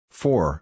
four